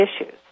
issues